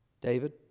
David